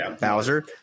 Bowser